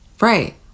Right